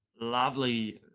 lovely